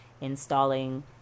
installing